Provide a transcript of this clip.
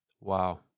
Wow